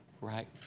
right